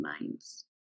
minds